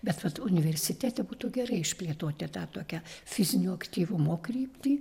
bet vat universitete būtų gerai išplėtoti tą tokią fizinio aktyvumo kryptį